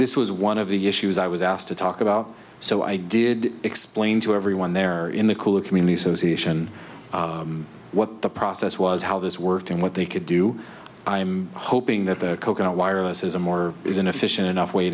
this was one of the issues i was asked to talk about so i did explain to everyone there in the cooler community association what the process was how this worked and what they could do i'm hoping that the coconut wireless is a more is an efficient enough way